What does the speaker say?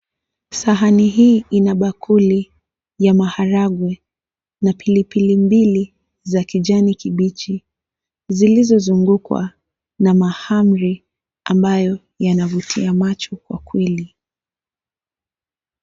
Sahani hi ina bakuli ya maharagwe na pilipili mbili za kijani kibichi zilizozungukwa na mahamri ambayo yanavutia macho kwa kweli.